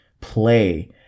play